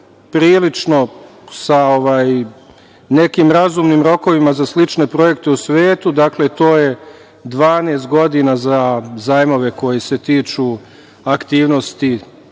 prilično sa nekim razumnim rokovima za slične projekte u svetu, to je 12 godina za zajmove koji se tiču projektnih